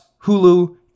Hulu